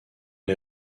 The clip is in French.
les